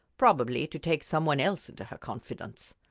probably to take some one else into her confidence.